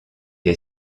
est